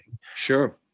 Sure